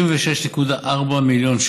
תודה לחברת הכנסת מיכל בירן.